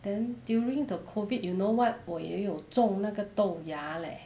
then during the COVID you know what 我也有种那个豆芽 leh